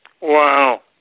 Wow